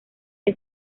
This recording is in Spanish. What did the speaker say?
que